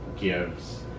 gives